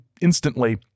instantly